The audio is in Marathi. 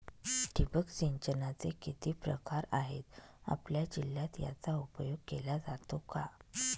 ठिबक सिंचनाचे किती प्रकार आहेत? आपल्या जिल्ह्यात याचा उपयोग केला जातो का?